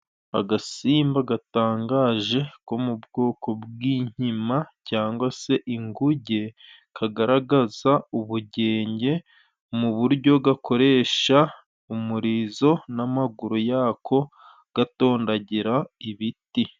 Agasimba gatangaje ko mu bwoko bw'inkima cyangwa se inguge, kagaragaza ubugenge mu buryo gakoresha umurizo n'amaguru yako gatondagira ibiti.